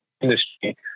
industry